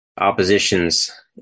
oppositions